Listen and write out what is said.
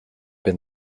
been